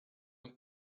him